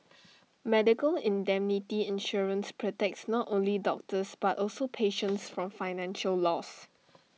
medical indemnity insurance protects not only doctors but also patients from financial loss